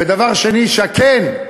ודבר שני, כן,